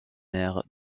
mère